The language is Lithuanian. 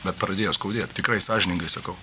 bet pradėjo skaudėt tikrai sąžiningai sakau